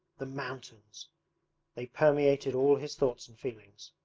the mountains they permeated all his thoughts and feelings.